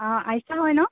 অঁ আইছা হয় ন